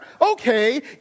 okay